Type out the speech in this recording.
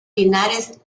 linares